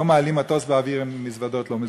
לא מעלים מטוס באוויר אם המזוודות לא מזוהות.